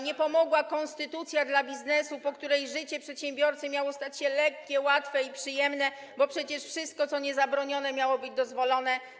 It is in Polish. Nie pomogła konstytucja dla biznesu, po której życie przedsiębiorcy miało się stać lekkie, łatwe i przyjemne, bo przecież wszystko, co niezabronione, miało być dozwolone.